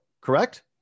Correct